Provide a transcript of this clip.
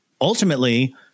ultimately